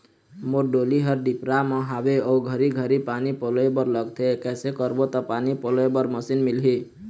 मोर डोली हर डिपरा म हावे अऊ घरी घरी पानी पलोए बर लगथे कैसे करबो त पानी पलोए बर मशीन मिलही?